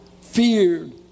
feared